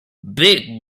big